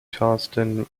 charleston